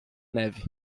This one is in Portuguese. neve